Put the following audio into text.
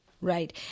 Right